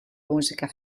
musica